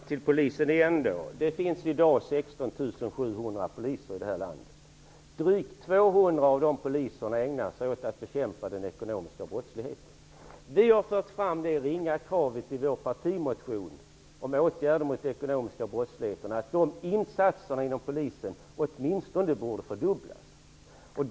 Herr talman! Det finns i dag 16 700 poliser i landet. Drygt 200 av dessa poliser ägnar sig åt att bekämpa den ekonomiska brottsligheten. I vår partimotion om åtgärder mot den ekonomiska brottsligheten har vi fört fram det ringa kravet att insatserna inom polisen borde åtminstone fördubblas.